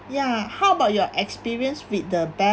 ya how about your experience with the bank